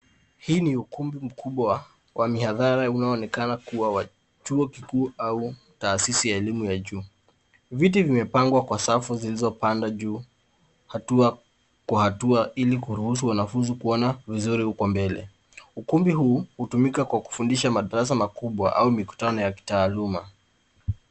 Hii ni ukumbi wa mihadhara unaoonekana kuwa wa cho kikuu au taasisi ya elimu ya juu. Viti vimepangwa kwa safu zilizopanda juu, hatua kwa hatua ili kuruhusu wanafunzi kuona vizuri uko mbele. Ukumbi huu hutumika kwa kufundisha madarasa makubwa au mikutano ya kitaaluma.